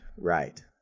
right